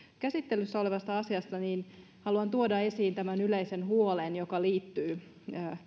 käsittelyssä olevasta asiasta haluan tuoda esiin tämän yleisen huolen joka liittyy